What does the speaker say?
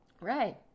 Right